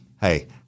Hey